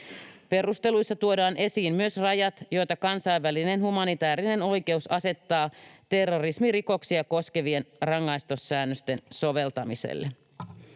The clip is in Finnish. Perusteluissa tuodaan esiin myös rajat, joita kansainvälinen humanitäärinen oikeus asettaa terrorismirikoksia koskevien rangaistussäännösten soveltamiselle.